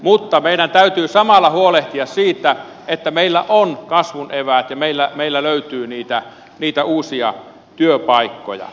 mutta meidän täytyy samalla huolehtia siitä että meillä on kasvun eväät ja meillä löytyy niitä uusia työpaikkoja